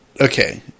okay